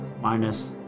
minus